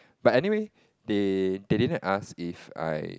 but anyway they they didn't ask if I